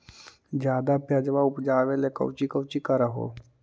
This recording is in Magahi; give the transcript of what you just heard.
ज्यादा प्यजबा उपजाबे ले कौची कौची कर हो?